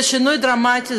זה שינוי דרמטי.